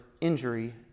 injury